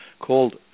called